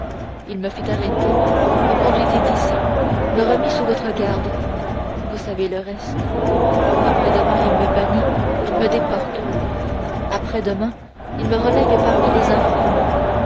il me fit arrêter me conduisit ici me remit sous votre garde vous savez le reste après-demain il me bannit il me déporte après-demain il me relègue parmi les infâmes